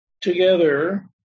together